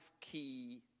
key